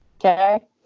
okay